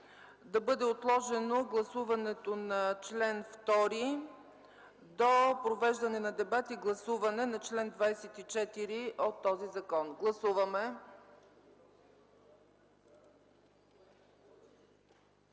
да бъде отложено гласуването на чл. 2 до провеждане на дебати и гласуване на чл. 24 от този законопроект. Гласуваме!